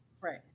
Right